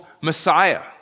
Messiah